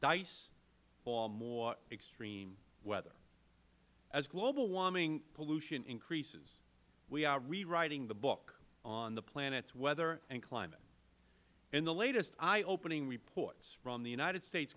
dice for more extreme weather as global warming pollution increases we are rewriting the book on the planet's weather and climate in the latest eye opening reports from the united states